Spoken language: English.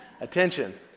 attention